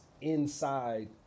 inside